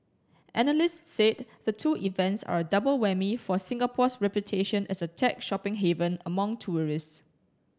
analysts said the two events are a double whammy for Singapore's reputation as a tech shopping haven among tourists